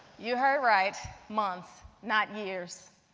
you heard right months, not years.